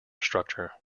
structure